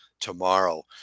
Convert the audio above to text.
tomorrow